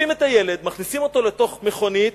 חוטפים את הילד, מכניסים אותו לתוך מכונית